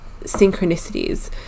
synchronicities